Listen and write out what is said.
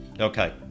okay